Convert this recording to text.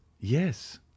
Yes